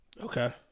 Okay